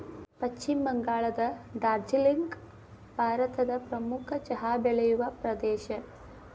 ಪಶ್ಚಿಮ ಬಂಗಾಳದ ಡಾರ್ಜಿಲಿಂಗ್ ಭಾರತದ ಪ್ರಮುಖ ಚಹಾ ಬೆಳೆಯುವ ಪ್ರದೇಶ